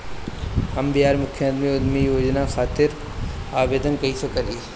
हम बिहार मुख्यमंत्री उद्यमी योजना खातिर आवेदन कईसे करी?